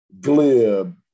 glib